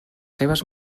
seves